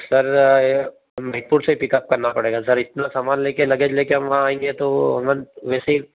हाँ सर मेहकपुर से पिकअप करना पड़ेगा सर इतना सामान ले कर लगेज ले कर हम वहाँ आएँगे तो हम वैसे ही